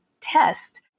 test